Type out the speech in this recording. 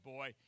Boy